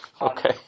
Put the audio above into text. okay